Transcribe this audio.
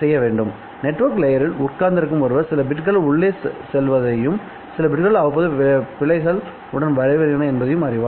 செய்ய வேண்டும்நெட்வொர்க் லேயரில் உட்கார்ந்திருக்கும் ஒருவர் சில பிட்கள் உள்ளே செல்வதையும் மற்றும் சில பிட்கள் அவ்வப்போது பிழைகள் உடன் வெளிவருகின்றன என்பதை அறிவார்